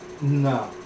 no